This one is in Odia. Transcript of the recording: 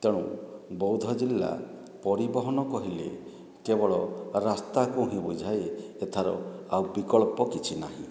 ତେଣୁ ବୌଦ୍ଧ ଜିଲ୍ଲା ପରିବହନ କହିଲେ କେବଳ ରାସ୍ତାକୁ ହିଁ ବୁଝାଏ ଏଥର ଆଉ ବିକଳ୍ପ କିଛି ନାହିଁ